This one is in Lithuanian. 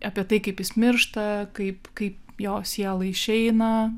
apie tai kaip jis miršta kaip kaip jo siela išeina